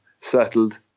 Settled